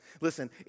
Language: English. Listen